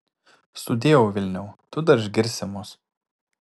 sudieu vilniau tu dar išgirsi mus